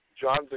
John's